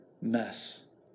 mess